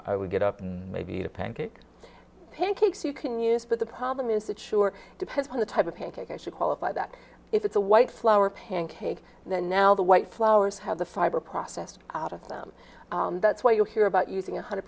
i would get up and maybe the pancake pancakes you can use but the problem is that sure depends on the type of pancake i should qualify that if it's a white flour pancake then now the white flowers have the fiber processed out of them that's what you'll hear about using one hundred